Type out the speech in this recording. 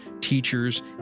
teachers